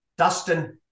Dustin